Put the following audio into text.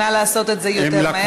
נא לעשות את זה יותר מהר.